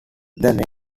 name